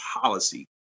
policy